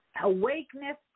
awakeness